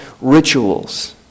rituals